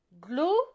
Glue